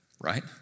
right